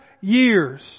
years